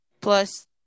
plus